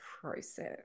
process